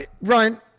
Ryan